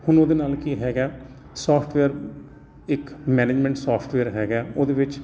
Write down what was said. ਹੁਣ ਉਹਦੇ ਨਾਲ ਕੀ ਹੈਗਾ ਸੋਫਟਵੇਅਰ ਇੱਕ ਮੈਨੇਜਮੈਂਟ ਸੋਫਟਵੇਅਰ ਹੈਗਾ ਉਹਦੇ ਵਿੱਚ